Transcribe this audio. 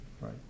Right